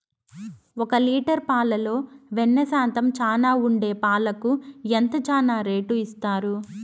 ఒక లీటర్ పాలలో వెన్న శాతం చానా ఉండే పాలకు ఎంత చానా రేటు ఇస్తారు?